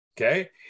okay